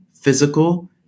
physical